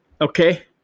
Okay